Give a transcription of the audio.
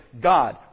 God